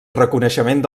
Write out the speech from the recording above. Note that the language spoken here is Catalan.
reconeixement